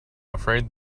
afraid